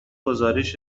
گزارش